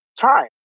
time